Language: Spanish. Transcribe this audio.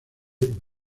bob